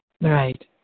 Right